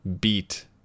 beat